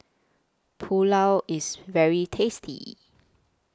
Pulao IS very tasty